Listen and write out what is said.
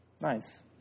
nice